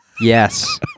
Yes